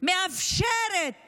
מאפשרת